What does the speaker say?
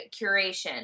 curation